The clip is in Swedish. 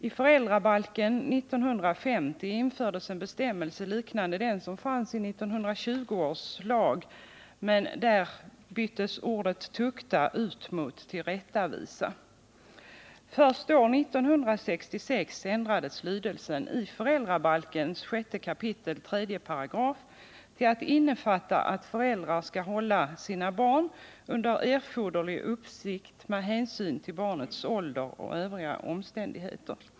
I föräldrabalken 1950 infördes en bestämmelse liknande den som fanns i 1920 års lag, men ordet ”tukta” byttes ut mot ”tillrättavisa”. att föräldrar skall hålla sina barn under erforderlig uppsikt med hänsyn till barnets ålder och övriga omständigheter.